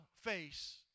face